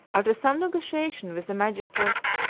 after some negotiation with the magistrates,